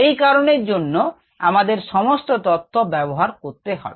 এই কারনের যার জন্য আমাদের সমস্ত তথ্য ব্যবহার করতে হবে